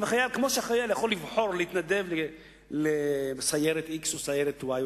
כמו שהחייל יכול לבחור להתנדב לסיירת x או לסיירת y,